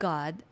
God